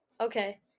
Okay